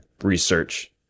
research